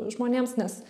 žmonėms nes